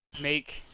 make